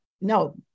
No